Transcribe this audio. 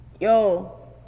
Yo